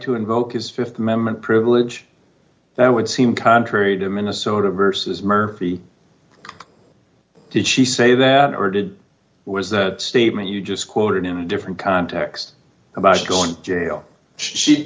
to invoke his th amendment privilege that would seem contrary to minnesota versus murphy did she say that or did was the statement you just quoted in different context about going to jail she